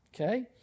Okay